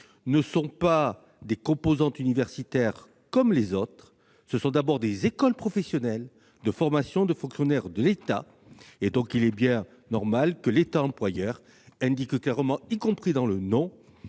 ne sont pas des composantes universitaires comme les autres ; ce sont avant tout des écoles professionnelles de formation de fonctionnaires de l'État. Il est donc bien normal que l'État employeur indique clairement, y compris dans le choix